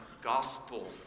Gospel